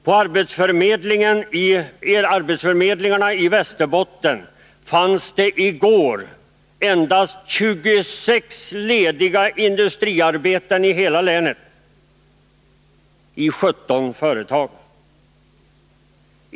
På arbetsförmedlingarna i Västerbotten fanns i går endast 26 lediga industriarbeten på 17 företag i länet.